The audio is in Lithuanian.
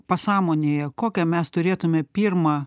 pasąmonėje kokią mes turėtume pirmą